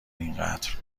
اینقدر